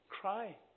cry